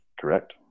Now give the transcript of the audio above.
Correct